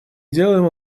делаем